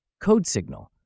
CodeSignal